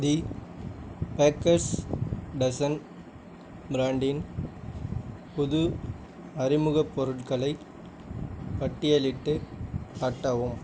தி bakers dozen ப்ராண்டின் புது அறிமுகப் பொருட்களைப் பட்டியலிட்டுக் காட்டவும்